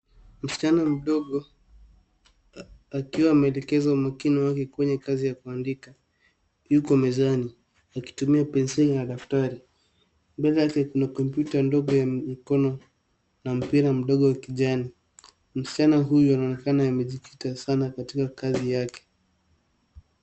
Msichana mdogo akiwa ameelekeza umakini wake kwenye kazi ya kuandika yuko mezani akitumia penseli na daftari . Mbele yake kuna kompyuta ndogo ya mikono na mpira mdogo wa kijani. Msichana huyu anaonekana amejikita sana katika kazi yake.